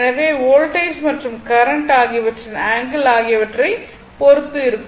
எனவே வோல்டேஜ் மற்றும் கரண்ட் ஆகியவற்றின் ஆங்கிள் ஆகியவற்றை பொறுத்து இருக்கும்